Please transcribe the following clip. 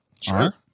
Sure